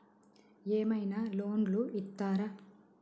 ఏమైనా లోన్లు ఇత్తరా?